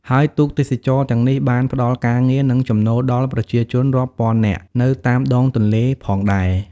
ហើយទូកទេសចរណ៍ទាំងនេះបានផ្តល់ការងារ និងចំណូលដល់ប្រជាជនរាប់ពាន់នាក់នៅតាមដងទន្លេផងដែរ។